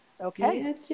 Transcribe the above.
okay